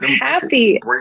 happy